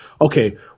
okay